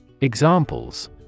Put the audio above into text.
Examples